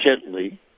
gently